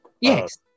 yes